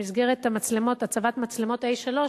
במסגרת הצבת המצלמות, א 3,